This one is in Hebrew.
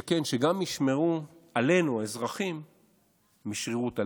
כן, שגם ישמרו עלינו האזרחים משרירות הלב,